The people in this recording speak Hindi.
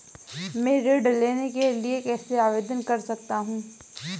मैं ऋण के लिए कैसे आवेदन कर सकता हूं?